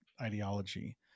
ideology